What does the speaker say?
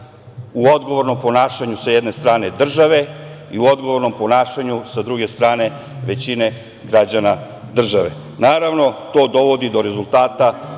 u odgovornom ponašanju, sa jedne strane, države i u odgovornom ponašanju, sa druge strane, većine građana države. Naravno, to dovodi do rezultata